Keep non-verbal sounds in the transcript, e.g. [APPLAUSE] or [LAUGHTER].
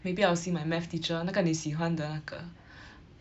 maybe I'll see my math teacher 那个你喜欢的那个 [BREATH]